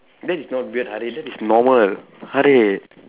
that is not weird Harid that is normal Harid